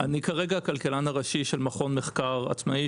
כרגע אני הכלכלן הראשי של מכון מחקר עצמאי